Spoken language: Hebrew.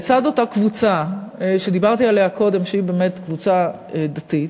בצד אותה קבוצה שדיברתי עליה קודם שהיא באמת קבוצה דתית,